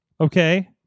Okay